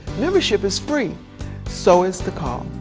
membership is free so is the call.